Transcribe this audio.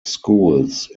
schools